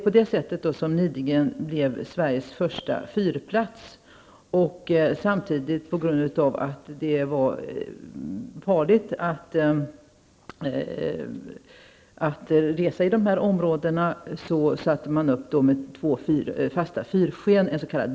På det sättet blev Nidingen Sveriges första fyrplats. På grund av att det var farligt att resa i de här farvattnen satte man upp två fasta fyrsken, en s.k.